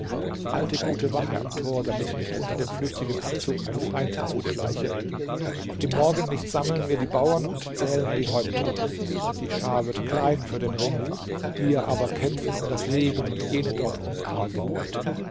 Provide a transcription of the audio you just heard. halte gute wache am tor damit nicht unter dem flüchtigen anzug ein feind zuschleiche im morgenlicht sammeln wir die bauern und zählen die häupter die schar wird klein für den ring wir aber kämpfen um das leben und jene dort um